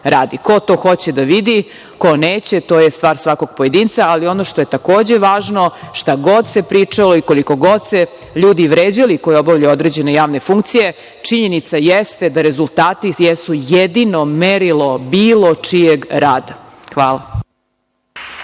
Ko to hoće da vidi, ko neće to je stvar svakog pojedinca, ali ono što je takođe važno, šta god se pričalo i koliko god se ljudi vređali koji obavljaju određene javne funkcije, činjenica jeste da rezultati jesu jedino merilo bilo čijeg rada. Hvala.